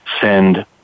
send